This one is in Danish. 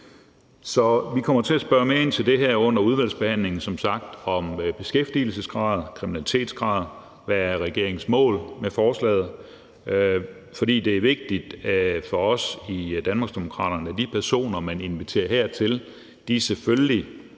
at spørge mere ind til det her med beskæftigelsesgrad og kriminalitetsgrad, og hvad der er regeringens mål med forslaget. For det er vigtigt for os i Danmarksdemokraterne, at de personer, man inviterer hertil, selvfølgelig